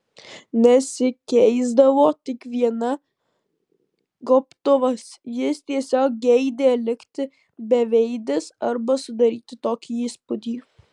nesikeisdavo tik viena gobtuvas jis tiesiog geidė likti beveidis arba sudaryti tokį įspūdį